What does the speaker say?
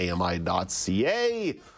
ami.ca